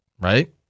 right